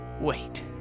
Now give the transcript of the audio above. Wait